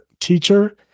teacher